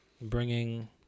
bringing